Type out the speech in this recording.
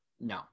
no